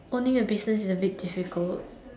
only the difference is a bit difficult